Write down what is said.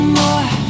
more